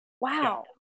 Wow